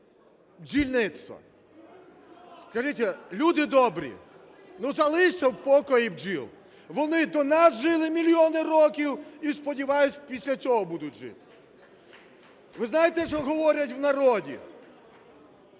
бджільництва. Скажіть, люди добрі, ну, залиште в спокої бджіл, вони до нас жили мільйони років і, сподіваюсь, після цього будуть жити. Ви знаєте, що говорять у народі?